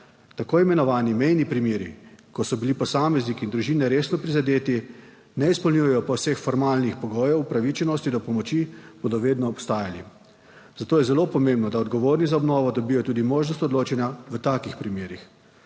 Tako imenovani mejni primeri, ko so bili posamezniki in družine resno prizadeti, ne izpolnjujejo pa vseh formalnih pogojev upravičenosti do pomoči, bodo vedno obstajali, zato je zelo pomembno, da odgovorni za obnovo dobijo tudi možnost odločanja v takih primerih.